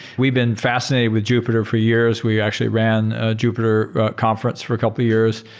we've been fascinated with jupyter for years. we actually ran a jupyter conference for a couple of years.